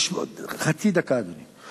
חצי דקה, אדוני.